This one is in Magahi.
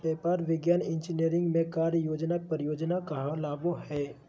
व्यापार, विज्ञान, इंजीनियरिंग में कार्य योजना परियोजना कहलाबो हइ